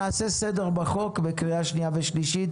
נעשה סדר בחוק בקריאה שנייה ושלישית,